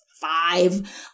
five